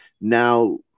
now